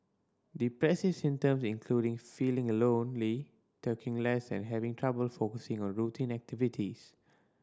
depressive symptom including feeling a lonely talking less and having trouble focusing on routine activities